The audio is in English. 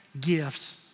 gifts